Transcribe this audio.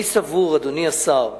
אני סבור, אדוני השר,